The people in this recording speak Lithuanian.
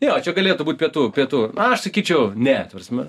jo čia galėtų būt pietų pietų aš sakyčiau ne ta prasme